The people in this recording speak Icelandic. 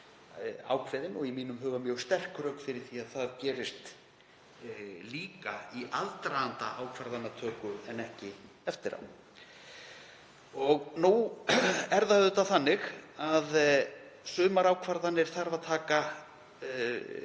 ákveðin, og í mínum huga mjög sterk, rök fyrir því að það gerist einnig í aðdraganda ákvörðunartöku en ekki eftir á. Það er auðvitað þannig að sumar ákvarðanir þarf að taka